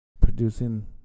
producing